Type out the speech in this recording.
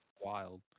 Wild